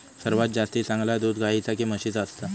सर्वात जास्ती चांगला दूध गाईचा की म्हशीचा असता?